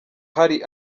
hari